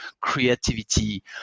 creativity